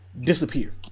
disappear